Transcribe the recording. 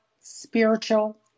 spiritual